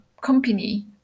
Company